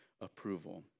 approval